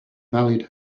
valued